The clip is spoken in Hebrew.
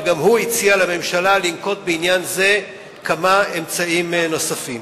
וגם הוא הציע לממשלה לנקוט בעניין זה כמה אמצעים נוספים.